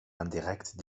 indirecte